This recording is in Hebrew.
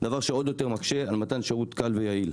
דבר שעוד יותר מקשה על מתן שירות קל ויעיל.